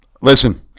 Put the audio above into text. listen